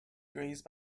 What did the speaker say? grazed